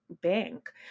Bank